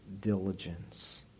diligence